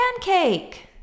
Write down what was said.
pancake